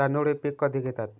तांदूळ हे पीक कधी घेतात?